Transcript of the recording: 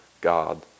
God